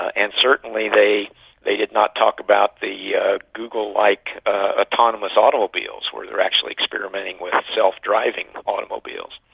ah and certainly they they did not talk about the yeah google like ah autonomous automobiles where they are actually experimenting with self driving automobiles.